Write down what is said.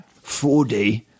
4D